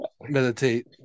meditate